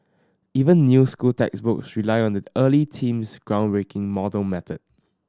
even new school textbooks rely on that early team's groundbreaking model method